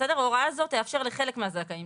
ההוראה הזו תאפשר לחלק מהזכאים,